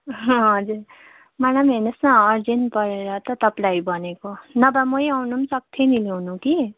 हजुर मलाई पनि हेर्नुहोस् न अर्जेन्ट परेर त तपाईँलाई भनेको नभए मै आउनु पनि सक्थेँ नि ल्याउनु कि